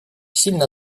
сильно